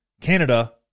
Canada